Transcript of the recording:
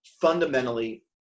fundamentally